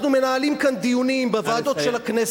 אנחנו מנהלים כאן דיונים בוועדות של הכנסת,